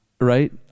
Right